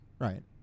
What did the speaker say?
right